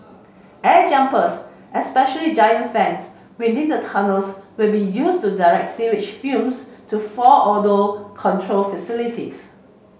air jumpers essentially giant fans within the tunnels will be used to direct sewage fumes to four odour control facilities